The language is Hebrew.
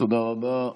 תודה רבה.